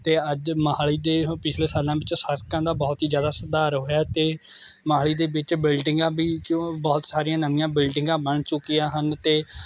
ਅਤੇ ਅੱਜ ਮੋਹਾਲੀ ਦੇ ਪਿਛਲੇ ਸਾਲਾਂ ਵਿੱਚ ਸੜਕਾਂ ਦਾ ਬਹੁਤ ਹੀ ਜਿਆਦਾ ਸੁਧਾਰ ਹੋਇਆ ਅਤੇ ਮੋਹਾਲੀ ਦੇ ਵਿੱਚ ਬਿਲਡਿੰਗਾਂ ਵੀ ਕਿਉਂ ਬਹੁਤ ਸਾਰੀਆਂ ਨਵੀਆਂ ਬਿਲਡਿੰਗਾਂ ਬਣ ਚੁੱਕੀਆਂ ਹਨ ਅਤੇ